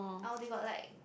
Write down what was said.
oh they got like